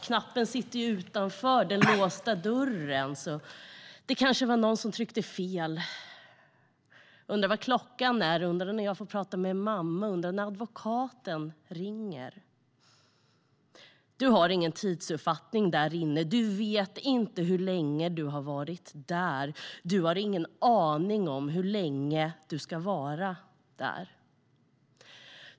Knappen sitter utanför den låsta dörren, så det kanske var någon som tryckte fel. Undrar vad klockan är, undrar när jag får prata med mamma och undrar när advokaten ringer. Du har ingen tidsuppfattning där inne. Du vet inte hur länge du har varit där. Du har ingen aning om hur länge du ska vara där.